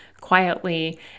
quietly